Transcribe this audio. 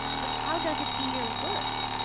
but how does it be your work?